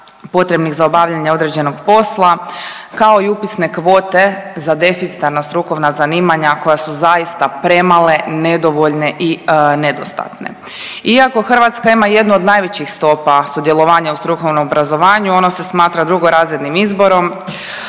potrebnih za obavljanje određenog posla, kao i upisne kvote za deficitarna strukovna zanimanja koja su zaista premale, nedovoljne i nedostatne. Iako Hrvatska ima jednu od najvećih stopa sudjelovanja u strukovnom obrazovanju ono se smatra drugorazrednim izborom,